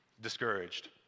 discouraged